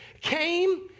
came